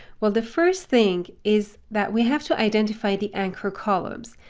well, the first thing is that we have to identify the anchor columns.